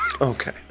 Okay